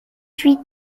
huit